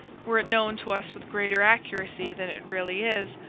were it known to us with greater accuracy than it really is,